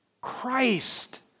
Christ